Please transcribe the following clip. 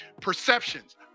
perceptions